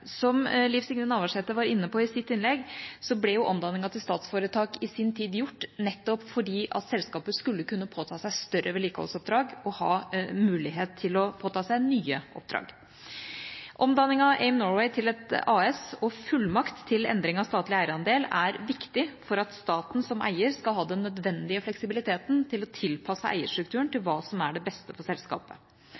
Som Liv Signe Navarsete var inne på i sitt innlegg, ble omdanningen til statsforetak i sin tid gjort nettopp fordi selskapet skulle kunne påta seg større vedlikeholdsoppdrag og ha mulighet til å påta seg nye oppdrag. Omdanning av AIM Norway til et AS og fullmakt til statlig endring av eierandel er viktig for at staten som eier skal ha den nødvendige fleksibiliteten til å tilpasse eierstrukturen til